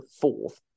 fourth